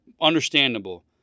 Understandable